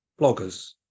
bloggers